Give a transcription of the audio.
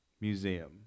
museum